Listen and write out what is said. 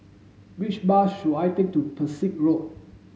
which bus should I take to Pesek Road